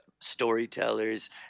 storytellers